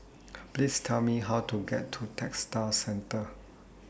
Please Tell Me How to get to Textile Centre